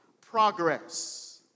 progress